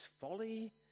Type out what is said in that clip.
folly